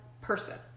person